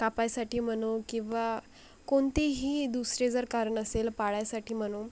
कापायसाठी म्हणा किंवा कोणतेही दुसरे जर कारण असेल पाळायसाठी म्हणा